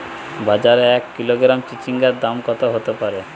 বাজারে এক কিলোগ্রাম চিচিঙ্গার দাম কত হতে পারে?